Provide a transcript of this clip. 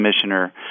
Commissioner